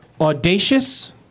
audacious